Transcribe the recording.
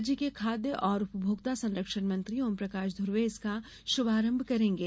राज्य के खाद्य और उपभोक्ता संरक्षण मंत्री ओमप्रकाश धुर्वे इसका शुभारंभ करेंगे